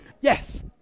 yes